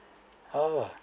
orh